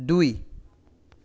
দুই